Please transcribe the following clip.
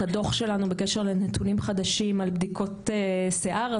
הדו"ח שלנו בקשר לנתונים חדשים על בדיקות שיער,